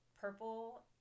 Purple